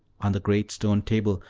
on the great stone table,